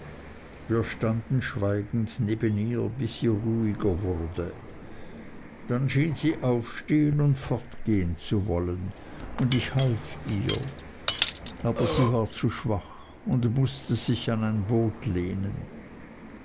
wir standen schweigend neben ihr bis sie ruhiger wurde dann schien sie aufstehen und fortgehen zu wollen und ich half ihr aber sie war zu schwach und mußte sich an ein boot lehnen